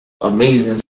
amazing